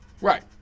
Right